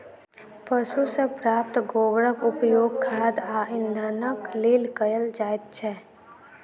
पशु सॅ प्राप्त गोबरक उपयोग खाद आ इंधनक लेल कयल जाइत छै